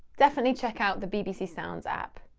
definitely check out the bbc sounds app.